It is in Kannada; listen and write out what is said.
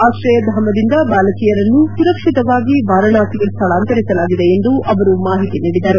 ಆಶ್ರಯಧಾಮದಿಂದ ಬಾಲಕಿಯರನ್ನು ಸುರಕ್ಷಿತವಾಗಿ ವಾರಣಾಸಿಗೆ ಸ್ಥಳಾಂತರಿಸಲಾಗಿದೆ ಎಂದು ಅವರು ಮಾಹಿತಿ ನೀಡಿದರು